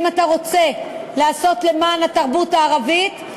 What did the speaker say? אם אתה רוצה לעשות למען התרבות הערבית,